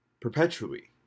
perpetually